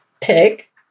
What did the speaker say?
pick